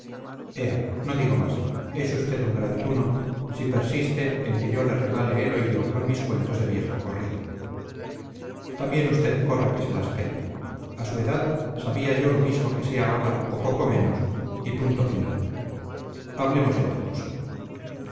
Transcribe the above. no digo más es usted un gran tuno si persiste en que yo le regale el oído con mis cuentos de viejo corrido también usted corre que se las pela a su edad sabía yo lo mismo que sé ahora o poco menos y punto final hablemos de otra cosa